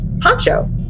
poncho